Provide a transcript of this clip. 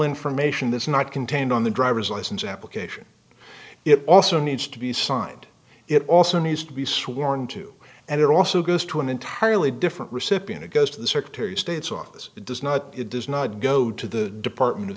information that's not contained on the driver's license application it also needs to be signed it also needs to be sworn to and it also goes to an entirely different recipient it goes to the secretary of state's office does not it does not go to the department of